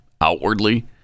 outwardly